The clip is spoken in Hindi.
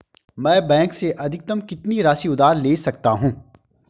मैं बैंक से अधिकतम कितनी राशि उधार ले सकता हूँ?